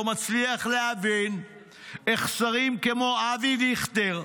מצליח להבין איך שרים כמו אבי דיכטר,